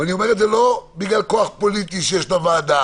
ואני אומר את זה לא בגלל כוח פוליטי שיש לוועדה.